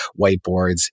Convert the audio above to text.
whiteboards